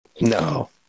No